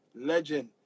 legend